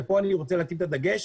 כאן אני רוצה לשים את הדגש,